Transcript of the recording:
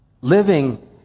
living